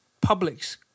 public's